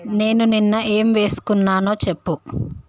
నేను నిన్న ఏం వేసుకున్నానో చెప్పు